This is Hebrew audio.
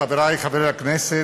חברי חברי הכנסת,